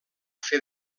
fer